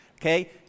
okay